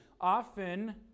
often